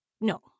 No